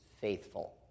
faithful